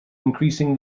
increasing